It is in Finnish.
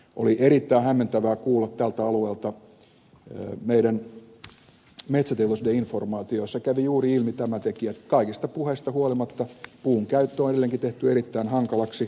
oli erittäin hämmentävää kuulla tältä alueelta meidän metsäteollisuuden informaatio josta kävi juuri ilmi tämä tekijä että kaikista puheista huolimatta puun käyttö on edelleenkin tehty erittäin hankalaksi